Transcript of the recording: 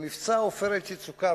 למבצע "עופרת יצוקה",